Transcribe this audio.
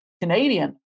Canadian